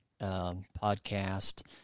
podcast